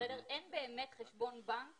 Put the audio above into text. אין באמת חשבון בנק